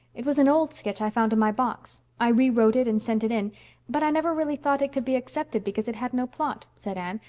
it was an old sketch i found in my box. i re-wrote it and sent it in but i never really thought it could be accepted because it had no plot, said anne,